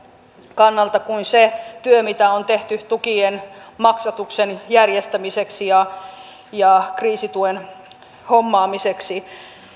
kannalta kuin se työ mitä on tehty tukien maksatuksen järjestämiseksi ja ja kriisituen hommaamiseksi